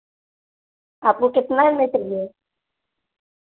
आपको कितना में चाहिए